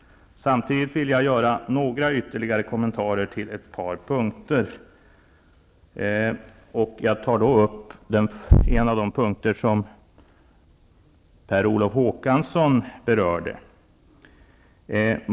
Samtidigt vill jag göra några ytterligare kommentarer på ett par punkter. Jag tar då upp en av de punkter som Per Olof Håkansson berörde.